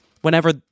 whenever